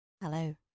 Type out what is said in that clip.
Hello